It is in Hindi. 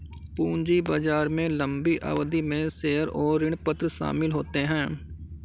पूंजी बाजार में लम्बी अवधि में शेयर और ऋणपत्र शामिल होते है